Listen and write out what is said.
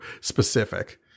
specific